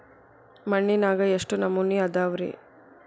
ಮಣ್ಣಿನಾಗ ಎಷ್ಟು ನಮೂನೆ ಅದಾವ ರಿ?